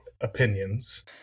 opinions